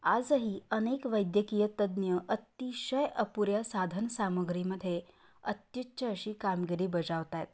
आजही अनेक वैद्यकीय तज्ज्ञ अतिशय अपुऱ्या साधन सामग्रीमध्ये अत्युच्च अशी कामगिरी बजावत आहेत